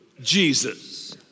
Jesus